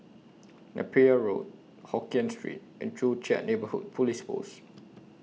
Napier Road Hokien Street and Joo Chiat Neighbourhood Police Post